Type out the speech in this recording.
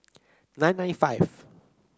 nine nine five